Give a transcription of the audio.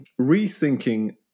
rethinking